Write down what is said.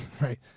right